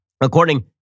According